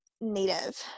Native